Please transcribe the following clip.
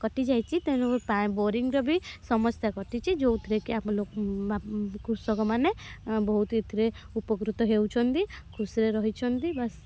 କଟିଯାଇଛି ତେଣୁ ବୋରିଙ୍ଗ୍ର ବି ସମସ୍ୟା କଟିଛି ଯେଉଁଥିରେ କି ଆମ କୃଷକମାନେ ବହୁତ ଏଥିରେ ଉପକୃତ ହେଉଛନ୍ତି ଖୁସିରେ ରହିଛନ୍ତି ବାସ୍